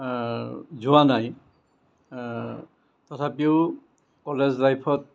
যোৱা নাই তথাপিও কলেজ লাইফত